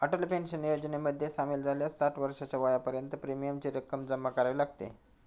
Atal pension योजनेमध्ये सामील झाल्यास साठ वर्षाच्या वयापर्यंत प्रीमियमची रक्कम जमा करावी लागते